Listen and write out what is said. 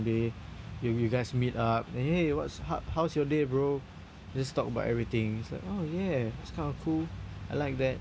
day you you guys meet up and !hey! what ho~ how's your day bro just talk about everything it's like oh yeah that's kind of cool I like that